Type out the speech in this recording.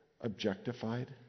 objectified